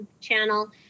channel